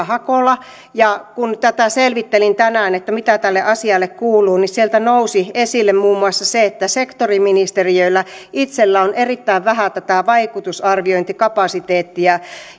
hakola ja kun selvittelin tänään mitä tälle asialle kuuluu niin sieltä nousi esille muun muassa se että sektoriministeriöillä itsellään on erittäin vähän tätä vaikutusarviointikapasiteettia